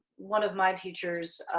one of my teachers,